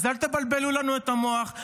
אז אל תבלבל לנו את המוח.